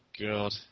God